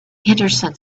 henderson